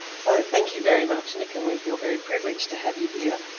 so, thank you very much. nick and we feel very privileged to have you here.